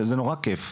זה נורא כיף.